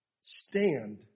stand